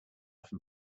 from